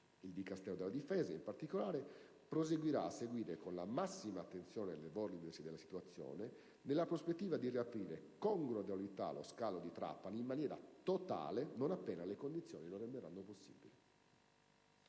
Il Dicastero della difesa, in particolare, proseguirà a seguire con la massima attenzione l'evolversi della situazione, nella prospettiva di riaprire con gradualità lo scalo di Trapani in maniera totale, non appena le condizioni lo renderanno possibile.